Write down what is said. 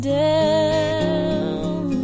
down